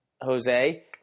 Jose